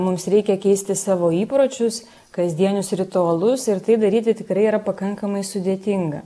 mums reikia keisti savo įpročius kasdienius ritualus ir tai daryti tikrai yra pakankamai sudėtinga